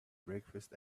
breakfast